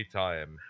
time